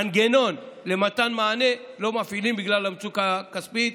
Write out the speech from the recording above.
מנגנון למתן מענה, לא מפעילות בגלל המצוקה הכספית.